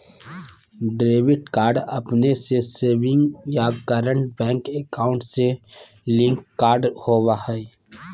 debit card अपने के savings या करंट बैंक अकाउंट से लिंक्ड कार्ड होबा हइ